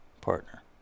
partner